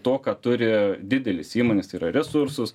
to ką turi didelis įmonės tai yra resursus